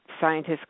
scientists